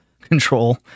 control